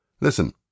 Listen